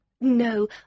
No